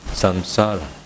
samsara